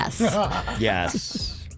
Yes